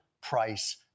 price